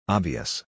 Obvious